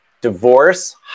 divorce